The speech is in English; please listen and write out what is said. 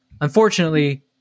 Unfortunately